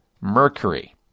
mercury